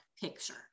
picture